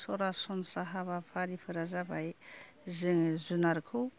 सरासनस्रा हाबाफारिफोरा जाबाय जोङो जुनारखौ